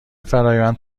فرایند